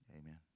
Amen